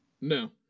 No